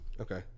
Okay